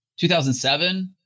2007